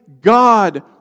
God